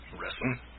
wrestling